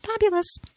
Fabulous